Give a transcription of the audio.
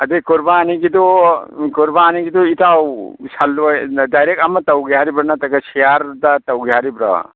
ꯑꯗꯨꯒꯤ ꯀꯨꯔꯕꯥꯅꯤꯒꯨꯗꯨ ꯀꯨꯔꯕꯥꯅꯤꯒꯨꯗꯨ ꯏꯇꯥꯎ ꯁꯜ ꯑꯣꯏꯅ ꯗꯥꯏꯔꯦꯛ ꯑꯃ ꯇꯧꯒꯦ ꯍꯥꯏꯔꯤꯕꯣ ꯅꯠꯇ꯭ꯔꯒ ꯁꯤꯌꯌꯥꯔꯗ ꯇꯧꯒꯦ ꯍꯥꯏꯔꯤꯕ꯭ꯔꯣ